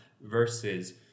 versus